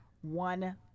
one